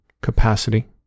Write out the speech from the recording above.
capacity